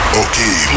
okay